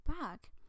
back